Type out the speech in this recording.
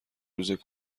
روز